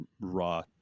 raw